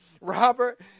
Robert